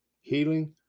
healing